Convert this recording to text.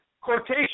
quotation